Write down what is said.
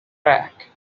track